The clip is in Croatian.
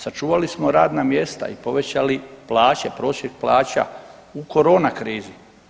Sačuvali smo radna mjesta i povećali plaće, prosjek plaća u korona krizi.